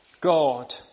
God